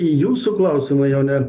į jūsų klausimą jone